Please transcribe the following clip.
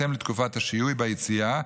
בהתאם לתקופת השיהוי ביציאה,